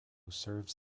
serves